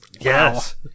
Yes